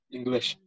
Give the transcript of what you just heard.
English